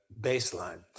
baseline